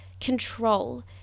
control